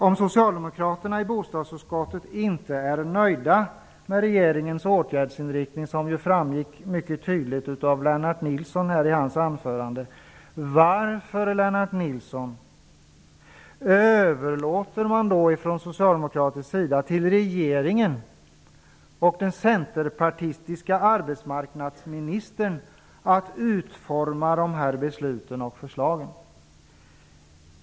Om socialdemokraterna i bostadsutskottet inte är nöjda med regeringens åtgärdsinriktning, vilket ju framgick mycket tydligt av Lennart Nilssons anförande, varför, Lennart Nilsson, överlåter de då till regeringen och den centerpartistiske arbetsmarknadsministern att utforma dessa förslag och beslutet?